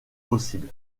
possible